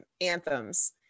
anthems